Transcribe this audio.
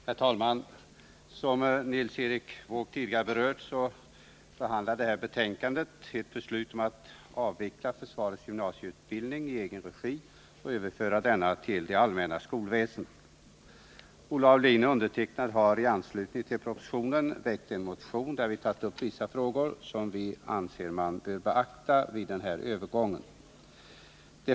Herr talman! Som Nils Erik Wååg tidigare sagt behandlar det här betänkandet ett förslag att avveckla försvarets gymnasieutbildning i egen regi och överföra denna till det allmänna skolväsendet. Olle Aulin och jag har i anslutning till propositionen väckt en motion, där vi tagit upp vissa frågor som vi anser att man bör beakta vid övergången.